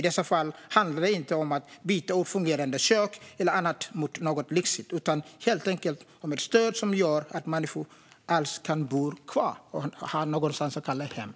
I det fallet handlar det inte om att byta ut fungerande kök eller annat mot något lyxigare, utan det handlar helt enkelt om ett stöd som gör att människor alls kan bo kvar och ha någonstans att kalla hemma.